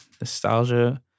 Nostalgia